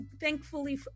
Thankfully